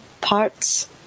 parts